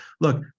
Look